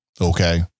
Okay